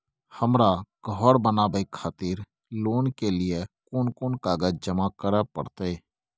हमरा धर बनावे खातिर लोन के लिए कोन कौन कागज जमा करे परतै?